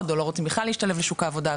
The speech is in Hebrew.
או לא רוצים בכלל להשתלב בשוק העבודה,